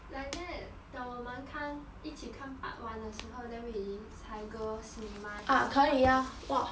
like that 等我们看一起看 part one 的时候 then we 才 go cinema to see part two